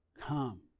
come